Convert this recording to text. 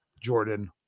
Jordan